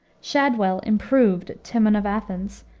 shadwell improved timon of athens,